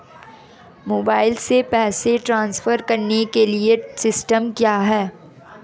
Mobile से पैसे transfer करने के लिए सिस्टम क्या है?